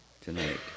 tonight